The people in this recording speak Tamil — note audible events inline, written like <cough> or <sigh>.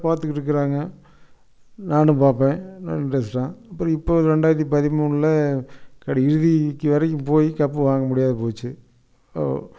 பார்த்துக்கிட்டு இருக்கிறாங்க நானும் பார்ப்பேன் இன்ட்ரெஸ்ட்டாக அப்புறம் இப்போ ரெண்டாயிரத்தி பதிமூணில் <unintelligible> கடைசிக்கு வரைக்கும் போய் கப் வாங்க முடியாமல் போச்சு